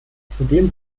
zudem